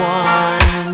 one